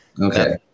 Okay